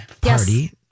party